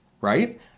Right